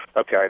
Okay